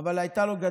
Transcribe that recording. אבל הייתה לו,